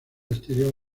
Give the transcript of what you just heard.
exterior